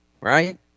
Right